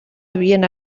havien